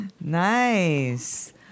Nice